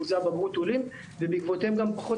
אחוזי הבגרות עולים ובעקבותיהם גם פחות